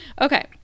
Okay